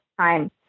time